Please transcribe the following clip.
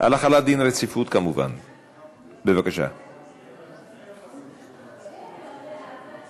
הכלכלה על רצונה להחיל דין רציפות על הצעת חוק איסור הפליה במוצרים,